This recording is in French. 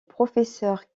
professeur